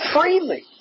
freely